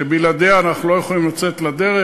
שבלעדיה אנחנו לא יכולים לצאת לדרך.